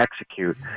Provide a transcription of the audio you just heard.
execute